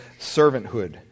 servanthood